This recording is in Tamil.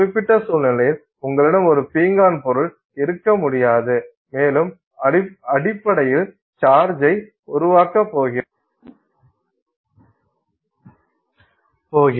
இந்த குறிப்பிட்ட சூழ்நிலையில் உங்களிடம் ஒரு பீங்கான் பொருள் இருக்க முடியாது மேலும் அடிப்படையில் சார்ஜை உருவாக்கப் போகிறோம்